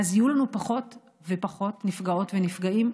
יהיו לנו פחות ופחות נפגעות ונפגעים.